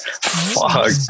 Fuck